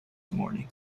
morning